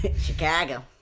Chicago